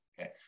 okay